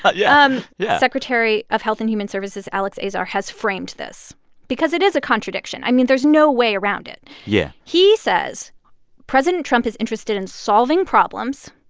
but yeah. um yeah secretary of health and human services alex azar has framed this because it is a contradiction. i mean, there's no way around it yeah he says president trump is interested in solving problems.